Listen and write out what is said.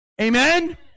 Amen